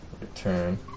Return